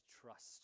trust